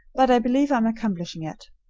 but i believe i'm accomplishing it.